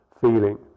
feeling